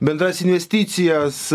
bendras investicijas